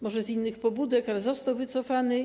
Może z innych pobudek, ale został wycofany.